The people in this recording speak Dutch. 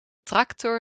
tractor